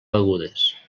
begudes